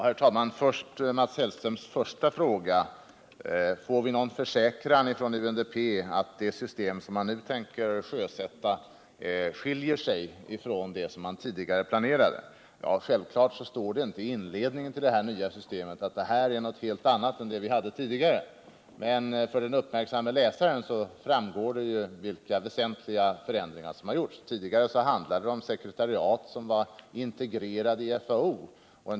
Herr talman! Mats Hellströms första fråga var om vi fått någon försäkran från UNDP att det system som man nu tänker sjösätta skiljer sig från det som gällde i FAO. Självfallet står det inte i inledningen till avtalet att det nya systemet är någonting helt annat än det man hade tidigare. Men för den uppmärksamme läsaren framgår det att det gjorts väsentliga förändringar. Tidigare var det fråga om ett ICP-sekretariat som var integrerat i FAO.